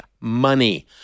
money